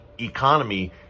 economy